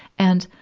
and,